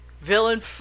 Villain